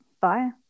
Bye